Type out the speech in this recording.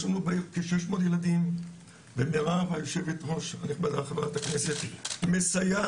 יש לנו בעיר כ-600 ילדים ויושבת הראש חברת הכנסת מסייעת